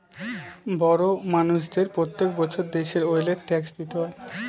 বড় মানষদের প্রত্যেক বছর দেশের ওয়েলথ ট্যাক্স দিতে হয়